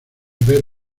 ver